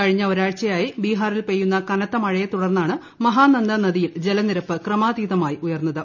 കഴിഞ്ഞ ഒരാഴ്ചയായി ബീഹാറിൽ പെയ്യുന്ന കനത്ത മഴയെ തുടർന്നാണ് മഹാനന്ദ നദിയിൽ ജലനിരപ്പ് ക്രമാതീതമായി ഉയർന്നത്